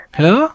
Hello